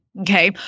Okay